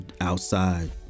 outside